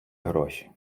гроші